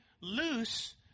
loose